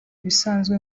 ibisanzwe